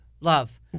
Love